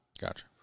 Gotcha